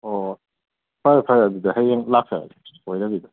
ꯑꯣ ꯐꯔꯦ ꯐꯔꯦ ꯑꯗꯨꯗꯤ ꯍꯌꯦꯡ ꯂꯥꯛꯆꯔꯒꯦ ꯁꯣꯏꯗꯕꯤꯗ